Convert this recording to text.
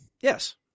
Yes